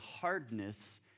hardness